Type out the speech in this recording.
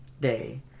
day